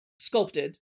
sculpted